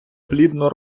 плідну